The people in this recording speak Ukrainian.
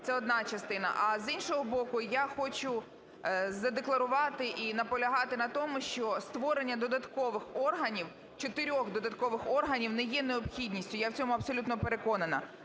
Це одна частина. А, з іншого боку, я хочу задекларувати і наполягати на тому, що створення додаткових органів, чотирьох додаткових органів не є необхідністю, я в цьому абсолютно переконана.